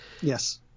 Yes